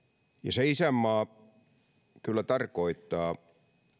se isänmaa kyllä tarkoittaa